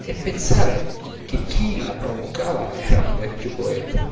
e pensare che chi la provocava era un vecchio poeta